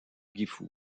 gifu